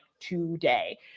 today